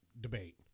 debate